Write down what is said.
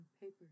paper